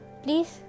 please